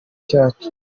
cyacu